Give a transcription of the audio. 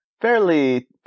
fairly